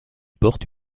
porte